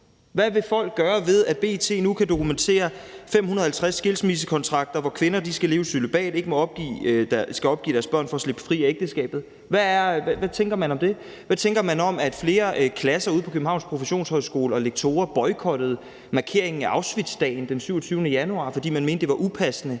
Hvad vil folk gøre ved, at B.T. nu kan dokumentere 550 skilsmissekontrakter, hvor kvinder skal leve i cølibat og skal opgive deres børn for at slippe fri af ægteskabet? Hvad tænker man om det? Hvad tænker man om, at flere klasser ude på Københavns professionshøjskole og lektorer boykottede markeringen af Auschwitzdagen den 27. januar, fordi man mente det var upassende,